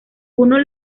uno